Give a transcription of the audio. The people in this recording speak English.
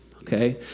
okay